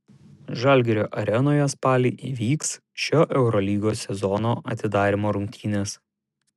žalgirio arenoje spalį įvyks šio eurolygos sezono atidarymo rungtynės